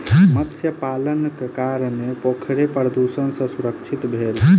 मत्स्य पालनक कारणेँ पोखैर प्रदुषण सॅ सुरक्षित भेल